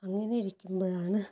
അങ്ങനെയിരിക്കുമ്പൊഴാണ്